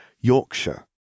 Yorkshire